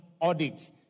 audits